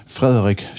Frederik